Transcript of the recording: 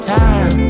time